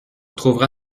trouvera